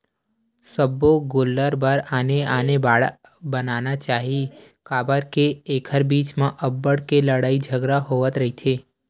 सब्बो गोल्लर बर आने आने बाड़ा बनाना चाही काबर के एखर बीच म अब्बड़ के लड़ई झगरा होवत रहिथे